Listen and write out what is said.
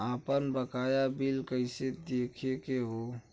आपन बकाया बिल कइसे देखे के हौ?